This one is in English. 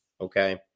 Okay